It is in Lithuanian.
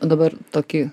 dabar tokį